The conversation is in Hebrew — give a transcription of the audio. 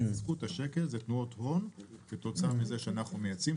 התחזקות השקל זה תנועות הון כתוצאה מזה שאנחנו מייצאים.